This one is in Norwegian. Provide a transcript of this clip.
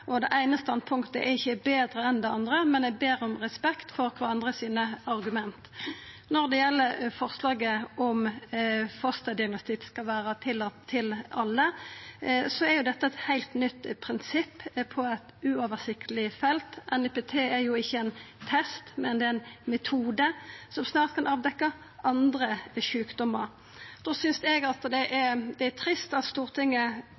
Det eine standpunktet er ikkje betre enn det andre, men eg ber om respekt for kvarandre sine argument. Når det gjeld forslaget om fosterdiagnostikk skal vera tillate for alle, er dette eit heilt nytt prinsipp på eit uoversiktleg felt. NIPT er jo ikkje ein test, men det er ein metode som snart kan avdekkja andre sjukdomar. Då synest eg det er trist at Stortinget